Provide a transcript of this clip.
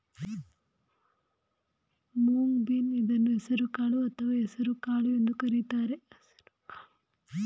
moong bean ಇದನ್ನು ಹೆಸರು ಕಾಳು ಅಥವಾ ಹಸಿರುಕಾಳು ಎಂದು ಕರಿತಾರೆ